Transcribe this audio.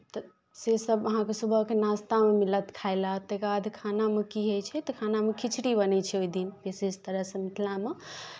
तऽ सेसभ अहाँके सुबहके नाश्तामे मिलत खाय लेल तकर बाद खानामे की होइ छै तऽ खानामे खिचड़ी बनै छै ओहि दिन विशेष तरहसँ मिथिलामे